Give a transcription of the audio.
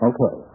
Okay